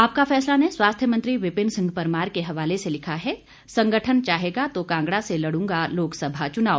आपका फैसला ने स्वास्थ्य मंत्री विपिन सिंह परमार के हवाले से लिखा है संगठन चाहेगा तो कांगड़ा से लड्रंगा लोकसभा चुनाव